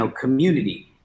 community